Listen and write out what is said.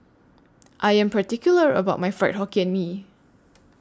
I Am particular about My Fried Hokkien Mee